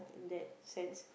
that sense